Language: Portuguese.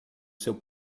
seu